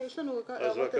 יש לנו הערות בנוסח.